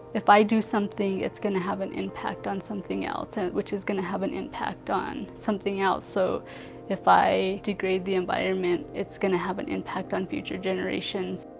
if i do something, it's going to have an impact on something else, which is going to have an impact on something else. so if i degrade the environment, it's going to have an impact on future generations.